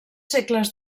segles